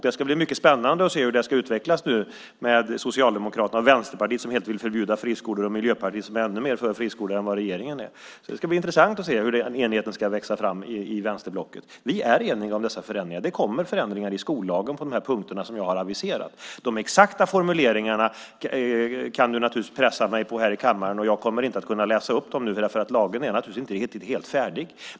Det ska bli mycket spännande att se hur det ska utvecklas nu med Socialdemokraterna och Vänsterpartiet som helt vill förbjuda friskolor och Miljöpartiet som är ännu mer för friskolor än vad regeringen är. Det ska bli intressant att se hur den enigheten ska växa fram i vänsterblocket. Vi är eniga om dessa förändringar. Det kommer förändringar i skollagen på de här punkterna som jag har aviserat. De exakta formuleringarna kan du naturligtvis pressa mig på här i kammaren, och jag kommer inte att kunna läsa upp dem nu eftersom lagen inte är helt färdig.